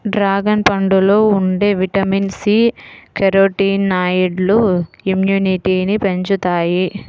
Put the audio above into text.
dragon పండులో ఉండే vitamin C, కెరోటినాయిడ్లు ఇమ్యునిటీని పెంచుతాయి